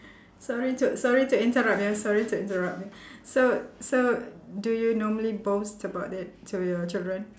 sorry to sorry to interrupt you ah sorry to interrupt you so so do you normally boast about it to your children